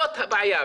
זאת הבעיה.